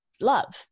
love